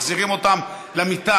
מחזירים אותם למיטה,